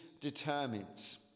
determines